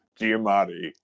Giamatti